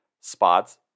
spots